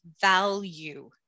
value